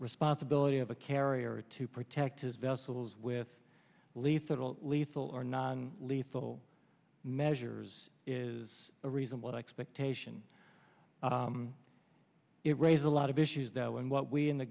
responsibility of a carrier to protect his vessels with lethal lethal or non lethal measures is a reasonable expectation it raises a lot of issues though and what we in the